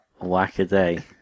whack-a-day